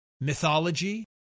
mythology